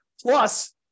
Plus